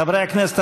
חברי הכנסת,